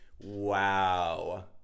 Wow